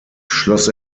schloss